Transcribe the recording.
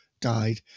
died